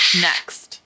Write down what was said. next